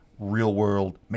real-world